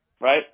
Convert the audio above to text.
right